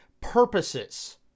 purposes